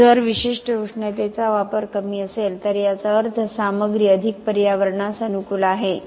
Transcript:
तर जर विशिष्ट उष्णतेचा वापर कमी असेल तर याचा अर्थ सामग्री अधिक पर्यावरणास अनुकूल आहे